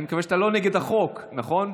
אני מקווה שאתה לא נגד החוק, נכון?